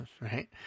Right